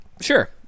Sure